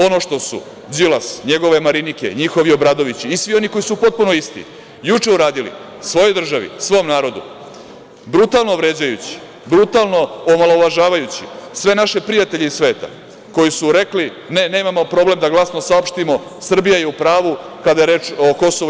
Ono što su Đilas, njegove Marinike, njihovi Obradovići i svi oni koji su potpuno isti, juče uradili, svojoj državi, svom narodu, brutalno vređajući, brutalno omalovažavajući sve naše prijatelje iz sveta, koji su rekli – ne, nemamo problem da glasno saopštimo Srbija je u pravu, kada je reč o KiM.